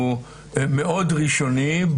הוא מאוד ראשוני,